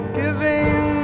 giving